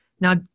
Now